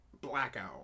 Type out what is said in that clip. Blackout